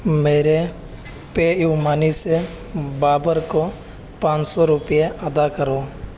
میرے PayUmoney سے بابر کو پان سو روپے ادا کرو